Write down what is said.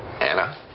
anna